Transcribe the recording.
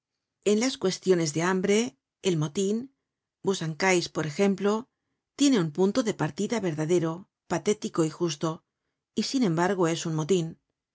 en las cuestiones de hambre el motin busancais por ejemplo tiene un punto de partida verdadero patético y justo y sin embargo es un motin